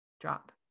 drop